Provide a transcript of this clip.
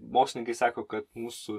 mokslininkai sako kad mūsų